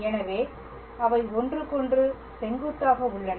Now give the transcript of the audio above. எனவே அவை ஒன்றுக்கொன்று செங்குத்தாக உள்ளன